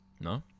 No